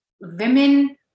women